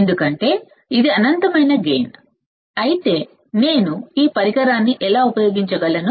ఎందుకంటే ఇది అనంతమైన గైన్ అయితే నేను ఈ పరికరాన్ని ఎలా ఉపయోగించగలను